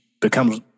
becomes